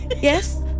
Yes